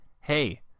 hey